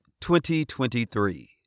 2023